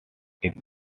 its